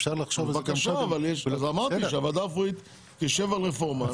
אמרתי שהוועדה הציבורית תשב על רפורמה.